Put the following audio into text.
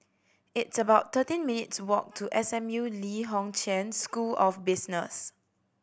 it's about thirteen minutes' walk to S M U Lee Kong Chian School of Business